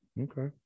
okay